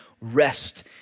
rest